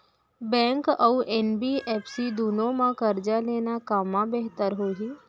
Bank अऊ NBFC दूनो मा करजा लेना कामा बेहतर होही?